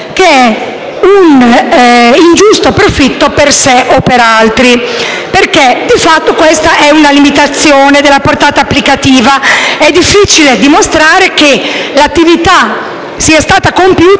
che è «un ingiusto profitto» per sé o per altri. Di fatto questa è una limitazione della portata applicativa; è infatti difficile dimostrare che l'attività sia stata compiuta